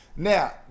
Now